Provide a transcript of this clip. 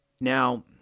Now